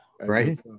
right